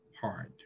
hard